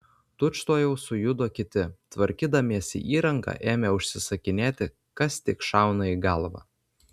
tučtuojau sujudo kiti tvarkydamiesi įrangą ėmė užsisakinėti kas tik šauna į galvą